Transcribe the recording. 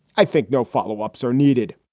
i think no follow ups are needed